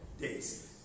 days